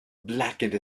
blackened